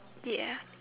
ya